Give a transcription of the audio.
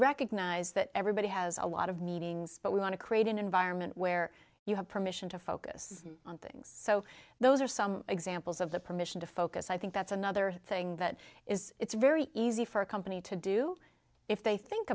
recognize that everybody has a lot of meetings but we want to create an environment where you have permission to focus on things so those are some examples of the permission to focus i think that's another thing that is it's very easy for a company to do if they think